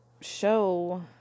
show